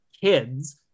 kids